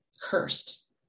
cursed